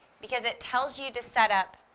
because it tells you to set up